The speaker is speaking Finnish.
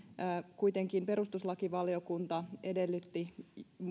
kuitenkin perustuslakivaliokunta edellytti